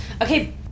Okay